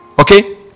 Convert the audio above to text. okay